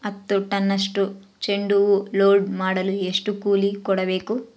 ಹತ್ತು ಟನ್ನಷ್ಟು ಚೆಂಡುಹೂ ಲೋಡ್ ಮಾಡಲು ಎಷ್ಟು ಕೂಲಿ ಕೊಡಬೇಕು?